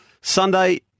Sunday